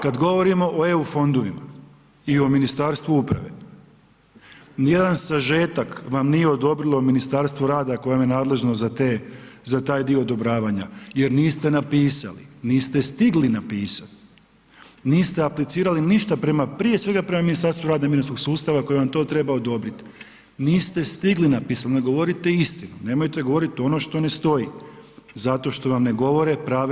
Kad govorimo o EU fondovima i o Ministarstvu uprave, nijedan sažetak vam nije odobrilo Ministarstvo rada koje je nadležno za taj dio odobravanja jer niste napisali, niste stigli napisati, niste aplicirali ništa prije svega prema Ministarstvu rada i mirovinskog sustava koje vam to treba odobrit, niste stigli napisat, ne govorite istinu, nemojte govorit ono što ne stoji zato što vam ne govore prave